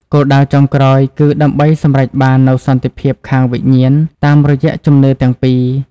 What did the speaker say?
គោលដៅចុងក្រោយ គឺដើម្បីសម្រេចបាននូវសន្តិភាពខាងវិញ្ញាណតាមរយៈជំនឿទាំងពីរ។